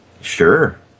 Sure